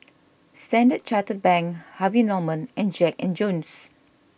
Standard Chartered Bank Harvey Norman and Jack and Jones